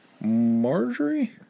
Marjorie